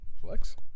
Flex